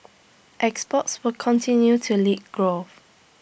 exports will continue to lead growth